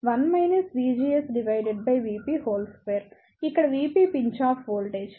pinch off voltage